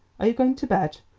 are you going to bed?